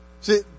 See